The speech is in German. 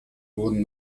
wurden